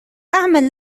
أعمل